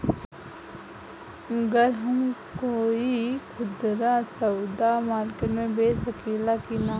गर हम कोई खुदरा सवदा मारकेट मे बेच सखेला कि न?